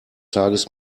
tages